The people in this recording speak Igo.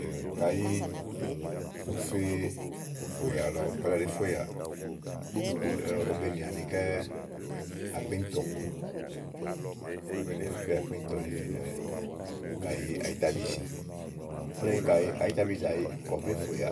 ówó kayi ùú fe ùyà lɔ̀ɔ, kayi ùú yilɛ ɖèé ƒe ùyà ówó be nì anikɛ́ɛ́ àkpé íìntɔ ni ƒènìà ùyà kayi ùyà kayi àyítabi zìi. Úni kayi àyitabi zàyiì zàyiì kayi ù be fè ùyà